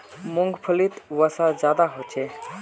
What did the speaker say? मूंग्फलीत वसा ज्यादा होचे